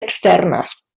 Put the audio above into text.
externes